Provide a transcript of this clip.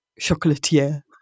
chocolatier